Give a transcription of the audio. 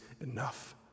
enough